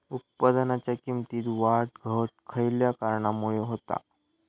उत्पादनाच्या किमतीत वाढ घट खयल्या कारणामुळे होता?